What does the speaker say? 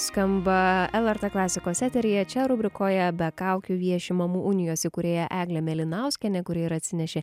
skamba lrt klasikos eteryje čia rubrikoje be kaukių vieši mamų unijos įkūrėja eglė mėlinauskienė kuri ir atsinešė